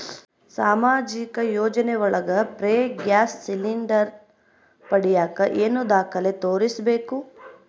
ಸಾಮಾಜಿಕ ಯೋಜನೆ ಒಳಗ ಫ್ರೇ ಗ್ಯಾಸ್ ಸಿಲಿಂಡರ್ ಪಡಿಯಾಕ ಏನು ದಾಖಲೆ ತೋರಿಸ್ಬೇಕು?